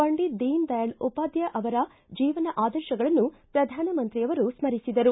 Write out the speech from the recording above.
ಪಂಡಿತ್ ದೀನ್ ದಯಾಳ್ ಉಪಾಧ್ವಾಯ ಅವರ ಜೀವನ ಆದರ್ಶಗಳನ್ನು ಪ್ರಧಾನಮಂತ್ರಿಯವರು ಸ್ಗರಿಸಿದರು